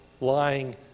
lying